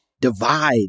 divide